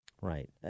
Right